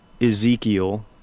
Ezekiel